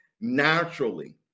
naturally